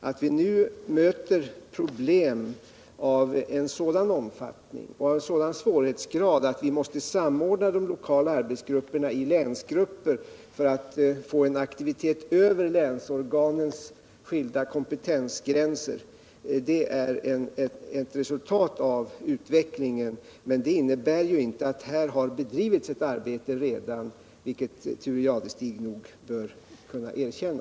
Att vi nu möter problem av en sådan omfattning och av en sådan svårighetsgrad att vi måste samordna de lokala arbetsgrupperna i länsgrupper för att få en aktivitet över länsorganens skilda kompetensgränser är ett resultat av utvecklingen. Men det innebär ju inte att här inte redan har bedrivits ett arbete, vilket Thure Jadestig nog bör kunna erkänna.